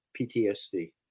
PTSD